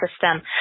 system